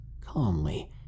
calmly